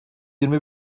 yirmi